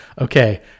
Okay